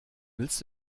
willst